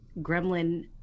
Gremlin